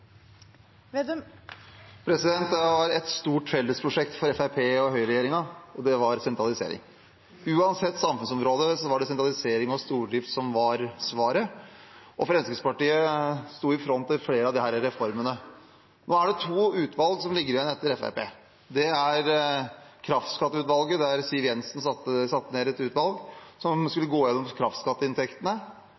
Et stort fellesprosjekt for Høyre-Fremskrittsparti-regjeringen var sentralisering. Uansett samfunnsområde var det sentralisering og stordrift som var svaret, og Fremskrittspartiet sto i front for flere av disse reformene. Nå ligger det to utvalg igjen etter Fremskrittspartiet. Det er kraftskatteutvalget, som Siv Jensen satte ned, som skal gå igjennom kraftskatteinntektene. Når man ser mandatet, er det ingen tvil om at man skulle gå igjennom distriktskommunenes inntekter. Konklusjonen til kraftskatteutvalget som